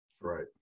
Right